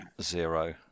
Zero